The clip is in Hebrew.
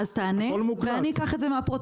אני אקח את זה מהפרוטוקול.